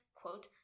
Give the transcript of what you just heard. quote